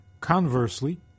Conversely